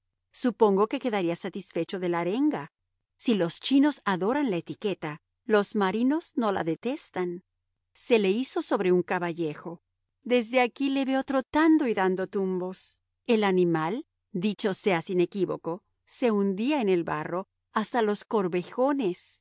supongo que quedaría satisfecho de la arenga si los chinos adoran la etiqueta los marinos no la detestan se le izó sobre un caballejo desde aquí le veo trotando y dando tumbos el animal dicho sea sin equívoco se hundía en el barro hasta los corvejones